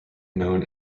known